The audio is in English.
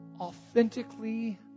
authentically